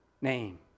name